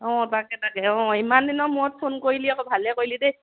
অঁ তাকে তাকে অঁ ইমান দিনৰ মূৰত ফোন কৰিলি আকৌ ভালে কৰিলি দেই